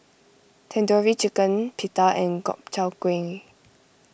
Tandoori Chicken Pita and Gobchang Gui